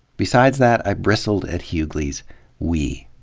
besides that, i bristled at hughley's we.